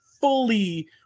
fully